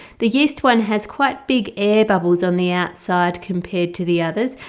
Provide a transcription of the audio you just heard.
the yeast one has quite big air bubbles on the outside compared to the others.